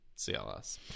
CLS